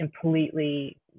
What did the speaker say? completely